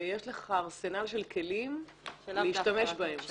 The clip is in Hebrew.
ויש לך ארסנל של כלים להשתמש בהם.